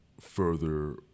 further